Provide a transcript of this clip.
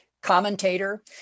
commentator